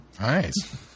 Nice